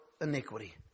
iniquity